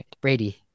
Brady